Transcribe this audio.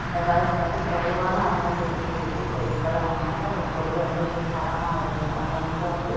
அந்தக் காலத்தில் வந்து குறைவான அமௌண்டுகள் கொடுத்துப் பொருட்களை வாங்குனாலும் அந்த பொருள் வந்து வந்து தரமாக இருந்தது ஆனால் இப்போது வந்து